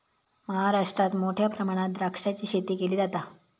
महाराष्ट्रात मोठ्या प्रमाणात द्राक्षाची शेती केली जाता